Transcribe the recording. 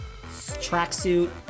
Tracksuit